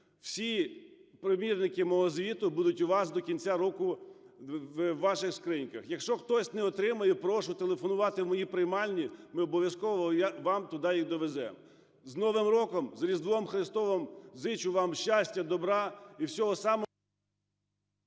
всі примірники мого звіту будуть у вас до кінця року в ваших скриньках. Якщо хтось не отримає, прошу телефонувати в мої приймальні. Ми обов'язково вам туди їх довеземо. З Новим роком, з Різдвом Христовим! Зичу вам щастя, добра і всього самого…